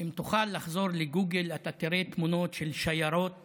אם תוכל לחזור לגוגל, אתה תראה תמונות של שיירות